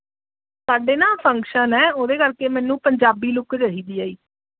ਸਾਡੇ ਨਾ ਫੰਕਸ਼ਨ ਹੈ ਉਹਦੇ ਕਰਕੇ ਮੈਨੂੰ ਪੰਜਾਬੀ ਲੁੱਕ ਚਾਹੀਦੀ ਹੈ ਜੀ